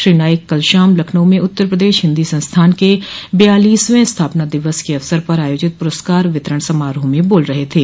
श्री नाईक कल शाम लखनऊ में उत्तर प्रदेश हिन्दी संस्थान के बयालीसवें स्थापना दिवस के अवसर पर आयोजित पुरस्कार वितरण समारोह में बोल रहे थे